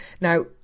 Now